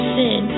sin